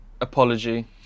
apology